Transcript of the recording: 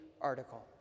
article